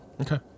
okay